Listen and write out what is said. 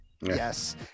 Yes